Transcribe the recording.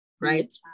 right